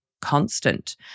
constant